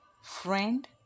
friend